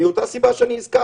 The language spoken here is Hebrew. מאותה סיבה שהזכרתי.